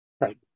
Right